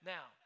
Now